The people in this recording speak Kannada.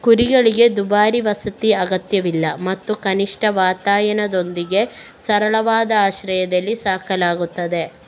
ಕುರಿಗಳಿಗೆ ದುಬಾರಿ ವಸತಿ ಅಗತ್ಯವಿಲ್ಲ ಮತ್ತು ಕನಿಷ್ಠ ವಾತಾಯನದೊಂದಿಗೆ ಸರಳವಾದ ಆಶ್ರಯದಲ್ಲಿ ಸಾಕಲಾಗುತ್ತದೆ